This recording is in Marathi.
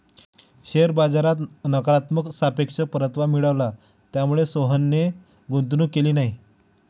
शेअर बाजारात नकारात्मक सापेक्ष परतावा मिळाला, त्यामुळेच सोहनने गुंतवणूक केली नाही